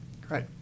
Great